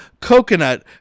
coconut